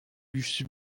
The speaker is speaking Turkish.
güçlü